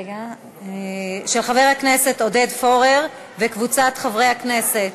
של חבר הכנסת עודד פורר וקבוצת חברי הכנסת.